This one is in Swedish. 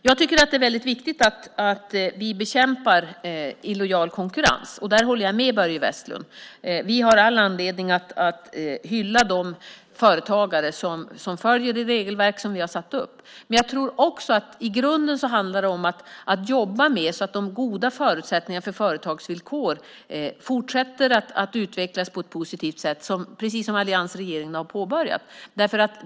Jag tycker att det är väldigt viktigt att vi bekämpar illojal konkurrens. Där håller jag med Börje Vestlund. Vi har all anledning att hylla de företagare som följer de regelverk som vi har satt upp. Men jag tror också att det i grunden handlar om att jobba med att förutsättningarna för företagen fortsätter att utvecklas på ett positivt sätt. Det är det arbetet alliansregeringen har påbörjat.